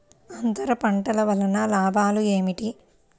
అంతర పంటల వలన లాభాలు ఏమిటి?